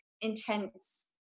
intense